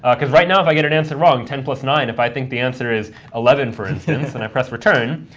ah because right now if i get an answer wrong, ten plus nine, if i think the answer is eleven for instance, and i press return,